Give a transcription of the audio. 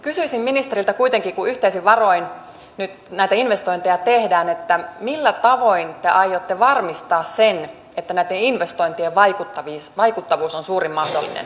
kysyisin ministeriltä kuitenkin kun yhteisin varoin nyt näitä investointeja tehdään millä tavoin te aiotte varmistaa sen että näitten investointien vaikuttavuus on suurin mahdollinen